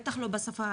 בטח לא בשפה הערבית.